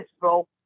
bro